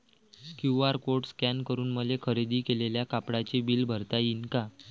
QR code scan करून मले खरेदी केलेल्या कापडाचे बिल भरता यीन का?